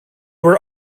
were